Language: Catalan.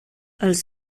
els